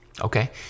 okay